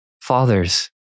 fathers